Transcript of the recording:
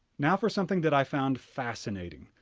now for something that i found fascinating.